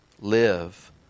live